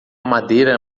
madeira